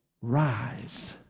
Rise